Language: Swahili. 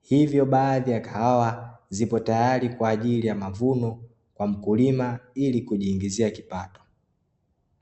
hivyo baadhi ya kahawa zipo tayari kwa ajili ya mavuno kwa mkulima ili kujiingizia kipato.